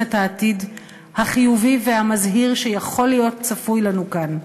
את העתיד החיובי והמזהיר שיכול להיות צפוי לנו כאן.